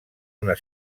una